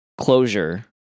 closure